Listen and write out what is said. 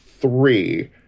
three